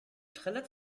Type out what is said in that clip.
trällert